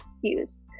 use